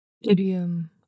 Idiom